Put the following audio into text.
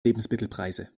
lebensmittelpreise